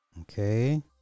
Okay